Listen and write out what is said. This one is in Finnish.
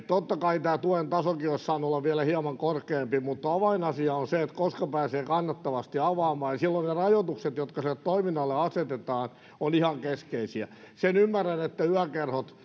totta kai tämä tuen tasokin olisi saanut olla vielä hieman korkeampi mutta avainasia on se koska pääsee kannattavasti avaamaan ja silloin ne rajoitukset jotka sille toiminnalle asetetaan ovat ihan keskeisiä sen ymmärrän että yökerhoja